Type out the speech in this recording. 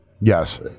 Yes